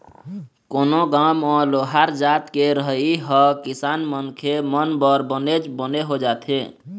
कोनो गाँव म लोहार जात के रहई ह किसान मनखे मन बर बनेच बने हो जाथे